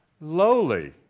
lowly